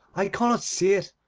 i cannot see it.